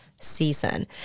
Season